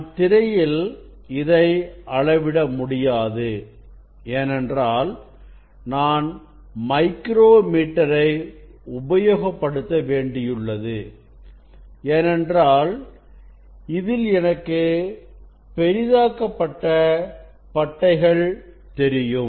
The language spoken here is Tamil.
நான் திரையில் இதை அளவிட முடியாது எனவே நான் மைக்ரோ மீட்டரை உபயோகப்படுத்த வேண்டியுள்ளது ஏனென்றால் இதில் எனக்கு பெரிதாக்கப்பட்ட பட்டைகள் தெரியும்